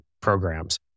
programs